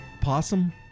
Possum